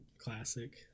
Classic